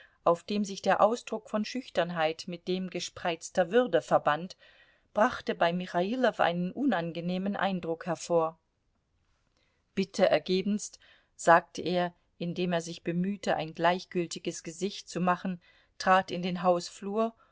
auf dem sich der ausdruck von schüchternheit mit dem gespreizter würde verband brachte bei michailow einen unangenehmen eindruck hervor bitte ergebenst sagte er indem er sich bemühte ein gleichgültiges gesicht zu machen trat in den hausflur